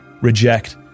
reject